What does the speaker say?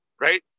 right